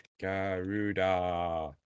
Garuda